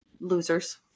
Losers